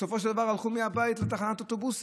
בסופו של דבר הם הלכו מהבית לתחנת אוטובוס,